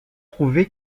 prouvé